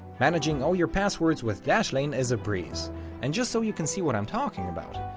managing all your passwords with dashlane is a breeze and just so you can see what i'm talking about,